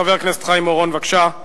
חבר הכנסת חיים אורון, בבקשה.